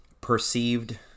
perceived